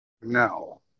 No